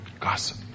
Gossip